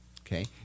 Okay